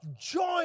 Join